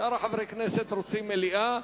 שאר חברי הכנסת רוצים מליאה.